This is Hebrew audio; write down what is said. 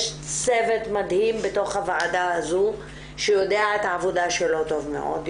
יש צוות מדהים בתוך הוועדה הזו שיודע את העבודה שלו טוב מאוד,